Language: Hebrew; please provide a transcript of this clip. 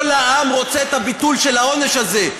כל העם רוצה את הביטול של העונש הזה.